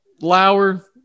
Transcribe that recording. Lauer